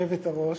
היושבת-ראש,